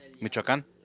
Michoacán